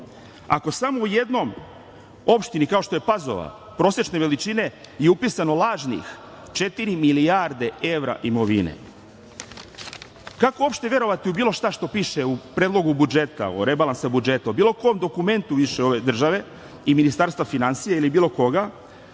Ako samo u jednom opštini kao što je Pazova prosečne veličine i upisano lažnih četiri milijarde evra imovine. Kako uopšte verovati u bilo šta što piše u Predlogu budžeta, rebalansa budžeta o bilo kom dokumentu više ove države i Ministarstva finansija ili bilo koga